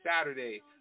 Saturday